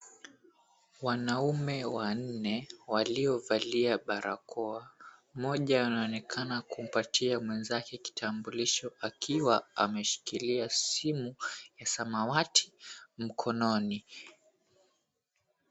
Wanaume wanne waliovalia barakoa. Mmoja anaonekana kumpatia mwenzake kitambulisho akiwa ameshikilia simu ya samawati mkononi.